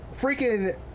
freaking